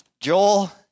Joel